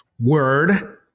Word